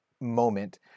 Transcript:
moment